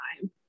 time